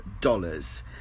dollars